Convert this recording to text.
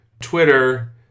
Twitter